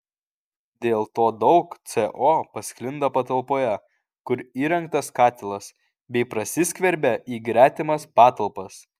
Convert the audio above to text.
dėl to daug co pasklinda patalpoje kur įrengtas katilas bei prasiskverbia į gretimas patalpas